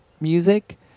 music